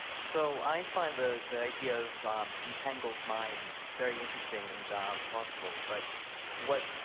so, i find the idea of entangled minds very interesting and plausible. but what